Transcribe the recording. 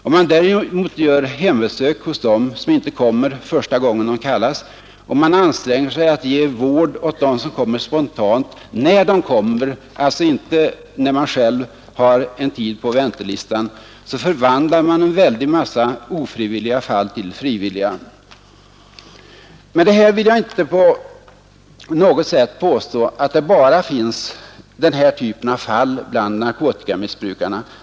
Om man däremot gör hembesök hos dem som inte kommer första gången de kallas och man anstränger sig att ge vård åt dem som kommer spontant, när de kommer, alltså inte när man själv har en tid ledig längre fram på väntelistan, så förvandlar man en väldig massa ofrivilliga fall till frivilliga. Med det här vill jag inte på något sätt påstå att det bara finns den här typen av fall bland narkotikamissbrukarna.